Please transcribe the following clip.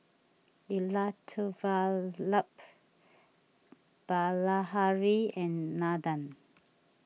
Elattuvalapil Bilahari and Nandan